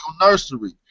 nursery